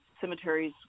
cemeteries